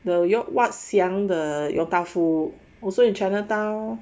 the 永 what 祥 the yong tau foo also in chinatown